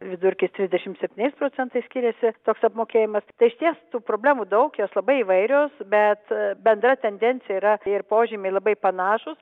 vidurkis dvidešimt septyniais procentai skiriasi toks apmokėjimas tai išties tų problemų daug jos labai įvairios bet bendra tendencija yra ir požymiai labai panašūs